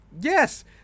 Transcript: Yes